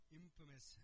infamous